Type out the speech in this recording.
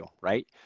right